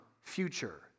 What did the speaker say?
future